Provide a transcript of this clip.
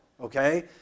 Okay